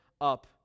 up